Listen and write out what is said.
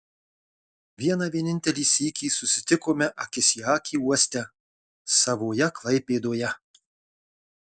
vieną vienintelį sykį susitikome akis į akį uoste savoje klaipėdoje